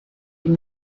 ihm